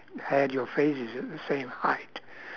have your faces at the same height